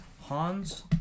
Hans